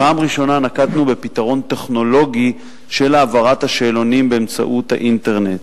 פעם ראשונה נקטנו פתרון טכנולוגי של העברת השאלונים באמצעות האינטרנט,